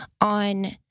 on